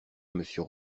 monsieur